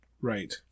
Right